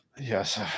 Yes